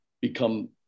become